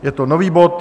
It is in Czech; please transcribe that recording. Je to nový bod.